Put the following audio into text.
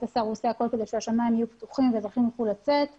השר הוא עושה הכול כדי שהשמים יהיו פתוחים ואזרחים יוכלו לצאת,